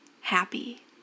happy